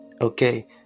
Okay